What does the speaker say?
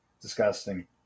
disgusting